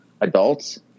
adults